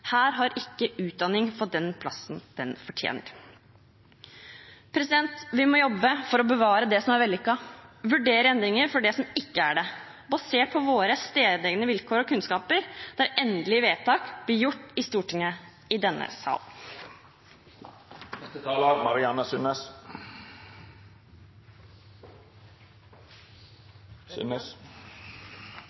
Her har ikke utdanning fått den plassen den fortjener. Vi må jobbe for å bevare det som er vellykket, og vurdere endringer for det som ikke er det – basert på våre stedegne vilkår og kunnskaper, der endelige vedtak blir gjort i Stortinget, i denne sal.